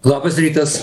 labas rytas